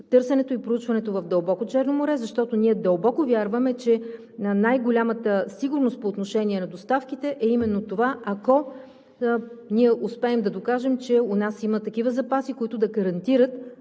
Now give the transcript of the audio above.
търсенето и проучването в дълбоко Черно море, защото ние дълбоко вярваме, че най-голямата сигурност по отношение на доставките е именно това, ако ние успеем да докажем, че у нас има такива запаси, които да гарантират